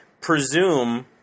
presume